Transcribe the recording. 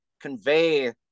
convey